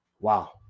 Wow